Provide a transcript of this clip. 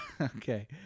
Okay